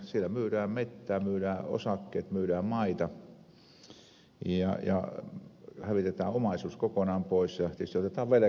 siellä myydään metsää myydään osakkeet myydään maita ja hävitetään omaisuus kokonaan pois ja tietysti otetaan velkaa mitä saadaan